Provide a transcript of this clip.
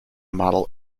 model